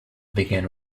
began